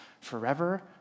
forever